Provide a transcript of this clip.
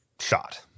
shot